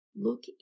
Look